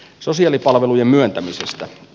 sosiaalipalvelujen myöntämisestä